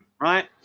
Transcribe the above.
Right